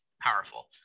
powerful